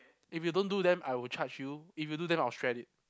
if you don't do then I will charge you if you do then I'll shred it